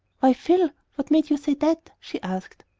why, phil, what made you say that? she asked.